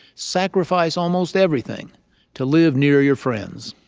sacrifice almost everything to live near your friends